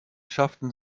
schafften